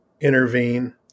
intervene